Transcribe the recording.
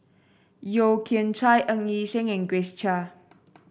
Yeo Kian Chai Ng Yi Sheng and Grace Chia